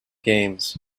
games